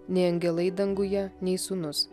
nei angelai danguje nei sūnus